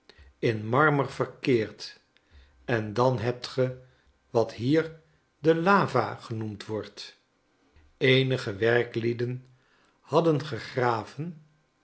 in marmer verkeerd en dan hebt ge wat hier de lava genoemd wordt eenige werklieden hadden gegraven